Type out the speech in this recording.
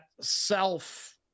self